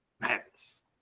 madness